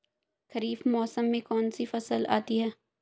खरीफ मौसम में कौनसी फसल आती हैं?